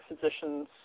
physicians